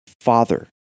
Father